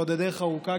ועוד הדרך ארוכה,